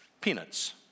Peanuts